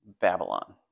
Babylon